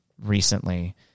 recently